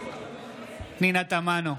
פנינה תמנו,